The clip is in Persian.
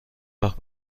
وقت